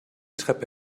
treppe